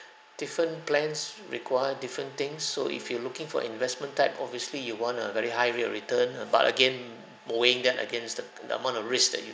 different plans require different things so if you're looking for investment type obviously you want a very high rate of return ah but again mowing that against the the amount of risk that you